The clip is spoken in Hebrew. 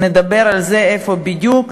נדבר על זה, איפה בדיוק.